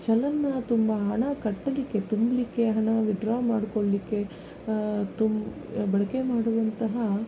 ಚಲನನ್ನ ತುಂಬ ಹಣ ಕಟ್ಟಲಿಕ್ಕೆ ತುಂಬಲಿಕ್ಕೆ ಹಣ ವಿದ್ಡ್ರಾ ಮಾಡಿಕೊಳ್ಳಿಕ್ಕೆ ತುಮ್ ಬಳಕೆ ಮಾಡುವಂತಹ